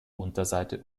unterseite